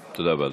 תודה.